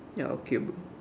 ya okay bro